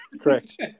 correct